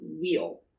wheel